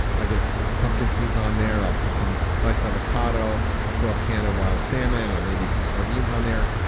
i get pumpkin seeds on there. i'll put some sliced avocado. i'll throw a can of wild salmon, or maybe some sardines on there.